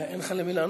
אין לך למי לענות.